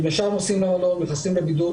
הם ישר נוסעים למלון ונכנסים לבידוד.